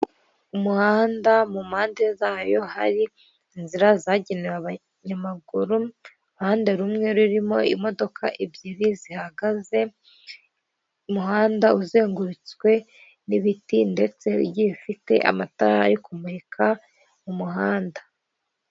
Umuhanda mu mpande zayo hari inzira zagenewe abanyamaguru, uruhande rumwe rurimo imodoka ebyiri zihagaze. Umuhanda uzengurutswe n'ibiti ndetse ugiye ufite amatara ari kumurika mu muhanda.